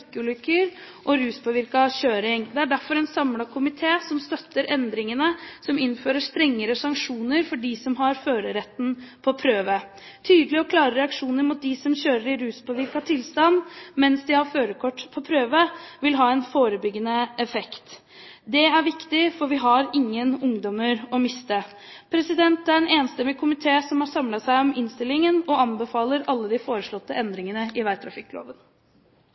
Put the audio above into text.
og ruspåvirket kjøring. Det er derfor en samlet komité som støtter endringene som innfører strengere sanksjoner for dem som har førerretten på prøve. Tydelige og klare reaksjoner mot dem som kjører i ruspåvirket tilstand mens de har førerkort på prøve, vil ha en forebyggende effekt. Det er viktig, for vi har ingen ungdommer å miste. Det er en enstemmig komité som har samlet seg om innstillingen, og anbefaler alle de foreslåtte endringene i